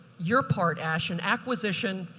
your part, ash, in acquisition,